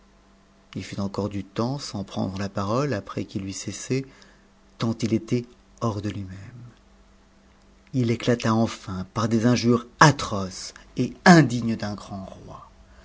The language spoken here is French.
it fut encore du temps sans prendre la parole après qu'i eut cessé tant il était hors de lui-même il éclata enfin par des injures atroces indignes d'un grand roi